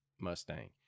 Mustang